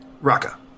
Raka